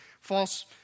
false